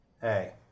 Hey